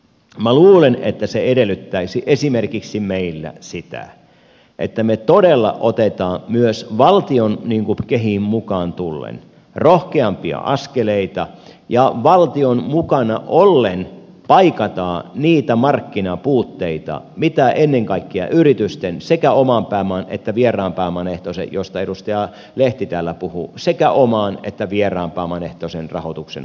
minä luulen että se edellyttäisi esimerkiksi meillä sitä että me todella otamme myös valtio kehiin mukaan tullen rohkeampia askeleita ja valtion mukana ollen paikkaamme niitä markkinapuutteita mitä ennen kaikkea yritysten sekä oman pääoman että vieraan pääoman ehtoisen josta edustaja lehti täällä puhuu sekä omaan että vieraan puhui osalta on